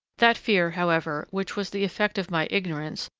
that fear, however, which was the effect of my ignorance,